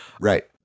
Right